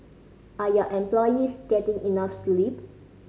are your employees getting enough sleep